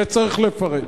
וצריך לפרט.